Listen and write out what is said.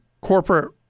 corporate